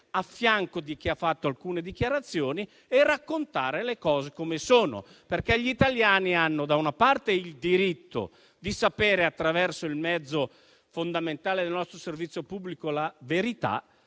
a fianco di chi ha reso alcune dichiarazioni e raccontare le cose come sono, perché gli italiani hanno il diritto di sapere, attraverso il mezzo fondamentale del nostro servizio pubblico, la verità